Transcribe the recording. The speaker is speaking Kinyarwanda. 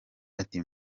ati